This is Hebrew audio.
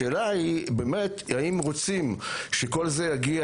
השאלה היא באמת אם רוצים שכל זה יגיע